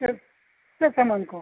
ᱪᱮᱫ ᱪᱮᱫ ᱥᱟᱢᱟᱱ ᱠᱚ